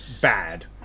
bad